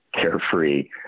carefree